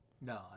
No